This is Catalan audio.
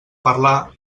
parlar